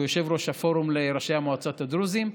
שהוא יושב-ראש הפורום לראשי המועצות הדרוזיות.